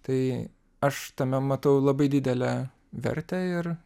tai aš tame matau labai didelę vertę ir